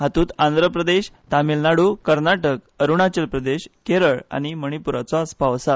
हांतूत आंध्र प्रदेश तामिळ नाडू कर्नाटक अरूणाचल प्रदेश केरळ आनी मणीपूरचो आसपाव आसा